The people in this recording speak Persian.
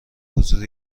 حضور